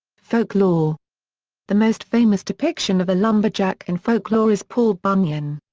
folklore the most famous depiction of a lumberjack in folklore is paul bunyan.